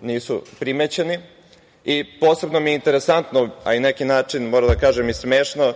nisu primećeni. Posebno mi je interesantno, na neki način moram da kažem i smešno,